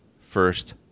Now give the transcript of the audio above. first